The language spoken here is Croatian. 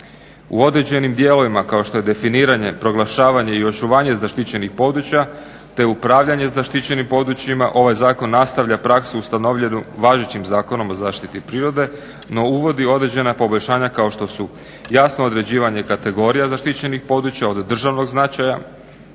U određenim dijelovima kao što je definiranje, proglašavanje i očuvanje zaštićenih područja te upravljanje zaštićenim područjima ovaj zakon nastavlja praksu ustanovljenu važećim Zakonom o zaštiti prirode no uvodi određena poboljšanja kao što su jasno određivanje kategorija zaštićenih područja od državnog značaja